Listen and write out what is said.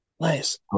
Nice